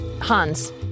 Hans